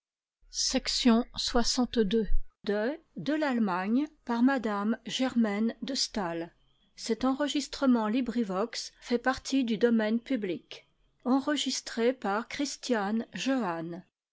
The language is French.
de m de